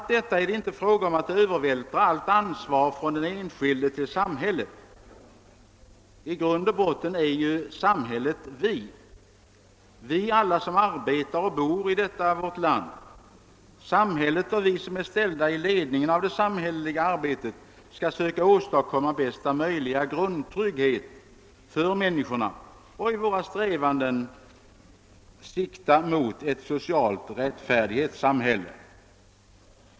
Det är inte fråga om att övervältra allt ansvar från den enskilde till samhället — i grund och botten är ju samhället vi, vi alla som bor och arbetar i detta land. Samhället och vi som är ställda i ledningen av det samhälleliga arbetet skall söka åstadkomma bästa möjliga grundtrygghet för människorna och i våra strävanden sikta mot ett socialt rättfärdighetssamhälle.